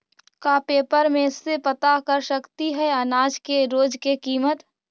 का पेपर में से पता कर सकती है अनाज के रोज के किमत?